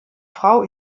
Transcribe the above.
frau